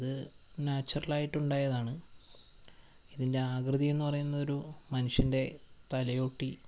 അത് നാച്ചുറലായിട്ട് ഉണ്ടായതാണ് ഇതിന്റെ ആകൃതിയെന്നു പറയുന്നത് ഒരു മനുഷ്യന്റെ തലയോട്ടി